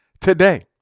today